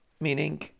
Meaning